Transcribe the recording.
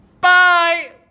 Bye